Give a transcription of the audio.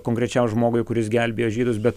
konkrečiam žmogui kuris gelbėjo žydus bet